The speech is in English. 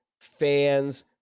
Fans